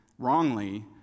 wrongly